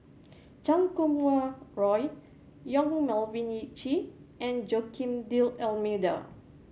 CKum Wah Roy Yong Melvin Yik Chye and Joaquim D'Almeida